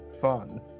fun